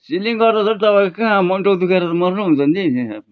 ceiling गर्न झन् तपाईँको कहाँ मुन्टो दुखेर मर्नु हुन्छ नि